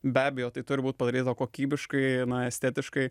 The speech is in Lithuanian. be abejo tai turi būt padaryta kokybiškai estetiškai